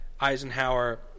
Eisenhower –